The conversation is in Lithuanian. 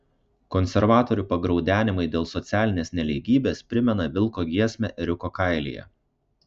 konservatorių pagraudenimai dėl socialinės nelygybės primena vilko giesmę ėriuko kailyje